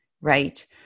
right